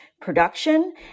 production